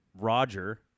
roger